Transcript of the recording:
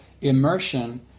immersion